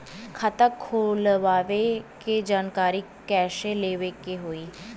खाता खोलवावे के जानकारी कैसे लेवे के होई?